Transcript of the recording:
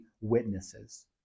witnesses